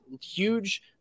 huge